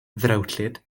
ddrewllyd